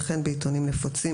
וכן בעיתונים נפוצים,